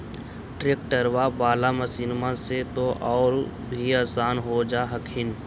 ट्रैक्टरबा बाला मसिन्मा से तो औ भी आसन हो जा हखिन?